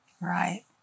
Right